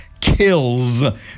kills